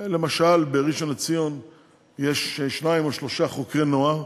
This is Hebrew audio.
למשל, בראשון-לציון יש שניים או שלושה חוקרי נוער.